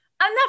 Enough